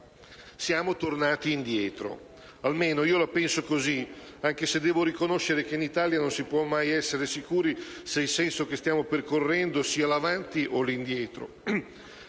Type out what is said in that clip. Siamo tornati indietro. Almeno io la penso così, anche se devo riconoscere che in Italia non si può mai essere sicuri se il senso che stiamo percorrendo sia l'avanti o l'indietro.